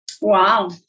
Wow